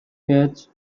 catch